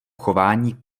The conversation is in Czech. chování